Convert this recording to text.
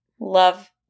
Love